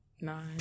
Nine